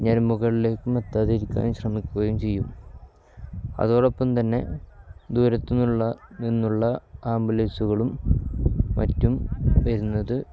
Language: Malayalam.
ഞരമ്പുകളിലേക്കും എത്താതിരിക്കൻ ശ്രമിക്കുകയും ചെയ്യും അതോടൊപ്പം തന്നെ ദൂരത്തുനിന്നുള്ള നിന്നുള്ള ആംബുലൻസുകളും മറ്റും വരുന്നത്